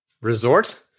Resort